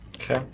Okay